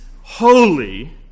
holy